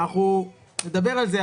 אנחנו נדבר על זה.